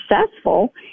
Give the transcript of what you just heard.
successful